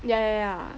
ya ya